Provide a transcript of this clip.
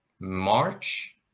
March